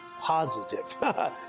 positive